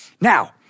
Now